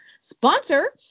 sponsor